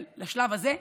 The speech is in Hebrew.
אבל לשלב הזה,